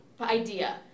idea